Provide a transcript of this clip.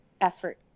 effort